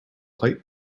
light